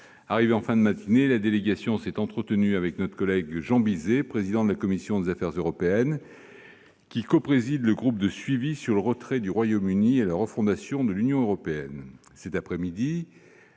Arrivée en fin de matinée, la délégation s'est entretenue avec note collègue Jean Bizet, président de la commission des affaires européennes, qui copréside le groupe de suivi sur le retrait du Royaume-Uni et la refondation de l'Union européenne.